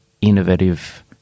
innovative